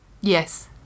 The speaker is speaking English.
yes